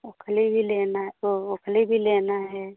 ओखली भी लेनी है तो ओखली भी लेनी है